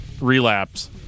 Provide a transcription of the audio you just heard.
relapse